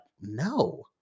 no